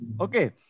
Okay